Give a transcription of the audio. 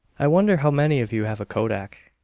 i wonder how many of you have a kodak.